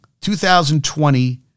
2020